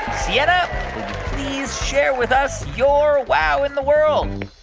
sienna please share with us your wow in the world?